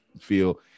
feel